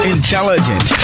Intelligent